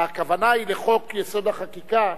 ואני מזמין את חברת הכנסת זהבה גלאון.